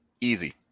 easy